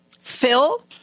Phil